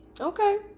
Okay